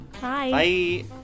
Bye